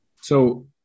So-